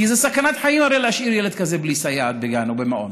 כי זאת הרי סכנת חיים להשאיר ילד כזה בלי סייעת בגן או במעון,